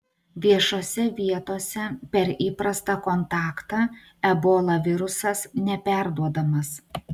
viešose vietose per įprastą kontaktą ebola virusas neperduodamas